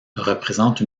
représente